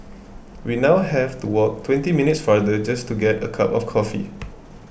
we now have to walk twenty minutes farther just to get a cup of coffee